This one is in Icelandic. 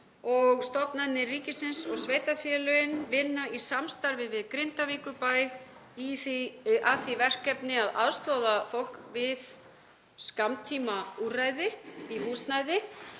stofnanir ríkisins og sveitarfélögin vinna í samstarfi við Grindavíkurbæ að því verkefni að aðstoða fólk við skammtímahúsnæðisúrræði.